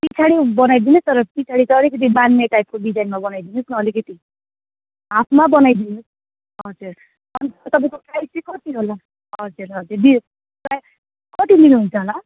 पिछाडि बनाइदिनु है तर पिछाडि चाहिँ अलिकति बान्ने टाइपको डिजाइनमा बनाइदिनुस् न अलिकति हाफमा बनाइदिनुस् हजुर अन्त तपाईँको प्राइज चाहिँ कति होला हजुर हजुर प्राइज कति लिनु हुन्छ होला